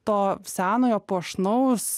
to senojo puošnaus